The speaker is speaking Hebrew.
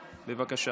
בבקשה.